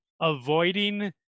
avoiding